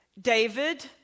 David